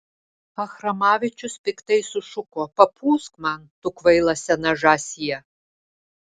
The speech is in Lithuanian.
achramavičius piktai sušuko papūsk man tu kvaila sena žąsie